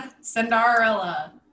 Cinderella